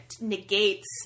negates